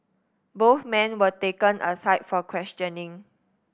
both men were taken aside for questioning